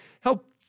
help